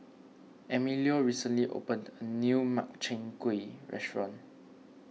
Emilio recently opened a new Makchang Gui Restaurant